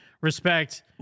respect